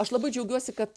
aš labai džiaugiuosi kad